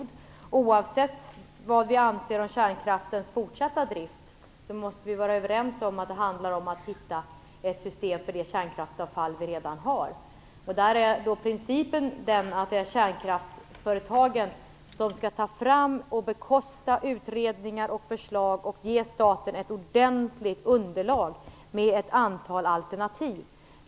Oavsett vad vi anser om kärnkraftens fortsatta drift måste vi vara överens om att det gäller att hitta ett system för det kärnkraftsavfall som vi redan har. Principen är den att det är kärnkraftsföretagen som skall ta fram och bekosta utredningar och förslag och ge staten ett ordentligt underlag med ett antal alternativ.